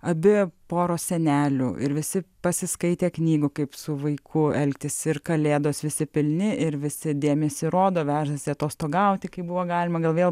abi poros sienelių ir visi pasiskaitę knygų kaip su vaiku elgtis ir kalėdos visi pilni ir visi dėmesį rodo vežasi atostogauti kai buvo galima gal vėl